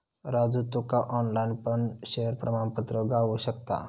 राजू तुका ऑनलाईन पण शेयर प्रमाणपत्र गावु शकता